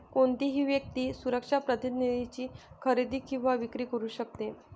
कोणतीही व्यक्ती सुरक्षा प्रतिज्ञेची खरेदी किंवा विक्री करू शकते